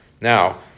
Now